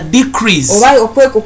decrease